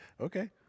Okay